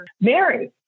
Mary